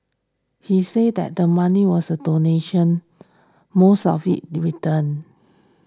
he said that the money was a donation most of it returned